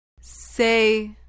Say